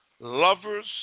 Lovers